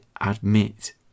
admit